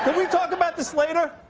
but we talk about this later?